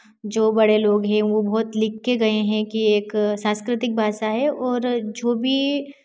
जो बड़े लोग हैं वो बहुत लिख कर गए हैं कि एक सांस्कृतिक भाषा है और जो भी